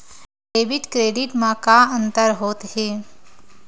Debit credit मा का अंतर होत हे?